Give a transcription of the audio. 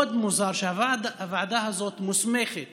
מאוד מוזר שהוועדה הזאת מוסמכת